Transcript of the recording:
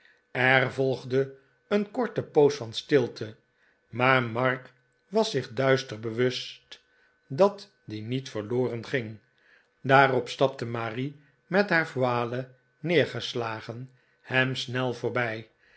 er volgde een korte poos van stilte maar mark was zich duister bewust dat die niet ver lor en ging daarop stapte marie met haar voile neergeslagen hem snel voorbij